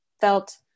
felt